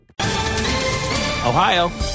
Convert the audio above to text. Ohio